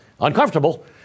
Uncomfortable